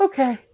Okay